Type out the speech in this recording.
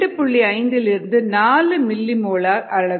5 4 millimolar அளவில்